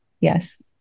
Yes